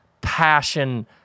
passion